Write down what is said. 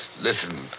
Listen